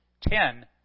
ten